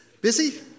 Busy